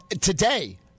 today